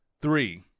Three